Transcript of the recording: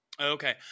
Okay